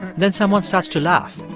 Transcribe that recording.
then someone starts to laugh